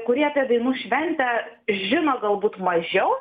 kurie apie dainų šventę žino galbūt mažiau